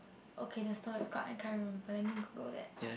okay that store is called I can't remember let me Google that